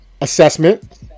assessment